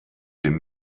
dem